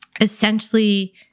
essentially